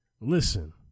Listen